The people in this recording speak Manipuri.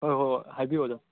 ꯍꯣꯏ ꯍꯣꯏ ꯍꯣꯏ ꯍꯥꯏꯕꯤꯌꯣ ꯑꯣꯖꯥ